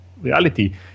reality